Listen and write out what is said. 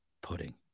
pudding